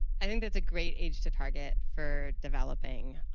i think that's a great age to target for developing.